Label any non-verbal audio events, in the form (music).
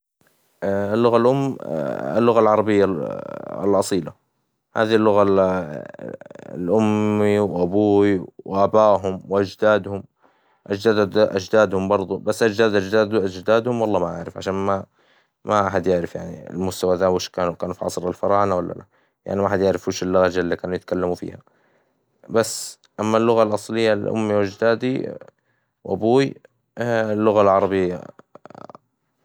اللغة الأم (hesitation) اللغة العربية الأصيلة، هذه اللغة الأمي وأبوي وآبائهم وأجدادهم، أجداد أجدادهم برضو بس أجداد أجداد أجدادهم والله ما أعرف عشان ما ما أحد يعرف يعني المستوى ذا ويش كانوا كانوا في عصر الفراعنة والا لا، يعني الواحد يعرف وبش اللهجة اللي كان يتكلموا فيها بس أما اللغة الأصلية لأمي وأجدادي وأبوي (hesitation) اللغة العربية.